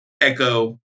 Echo